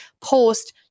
post